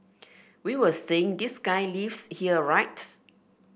we were saying this guy lives here right